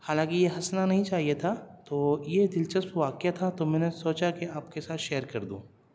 حالانکہ یہ ہنسنا نہیں چاہیے تھا تو یہ دلچسپ واقعہ تھا تو میں نے سوچا آپ کے ساتھ شیئر کر دوں